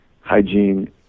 hygiene